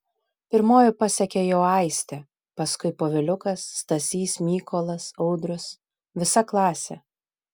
pirmoji pasekė juo aistė paskui poviliukas stasys mykolas audrius visa klasė